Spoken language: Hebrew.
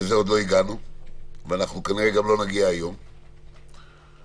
שלזה עוד לא הגענו וכנראה עוד לא נגיע היום; השני,